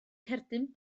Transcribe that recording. cerdyn